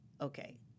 okay